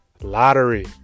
Lottery